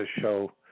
show